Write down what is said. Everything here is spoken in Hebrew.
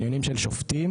בעניינם של שופטים,